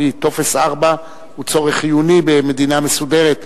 כי טופס 4 הוא צורך חיוני במדינה מסודרת,